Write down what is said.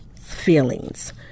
feelings